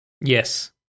Yes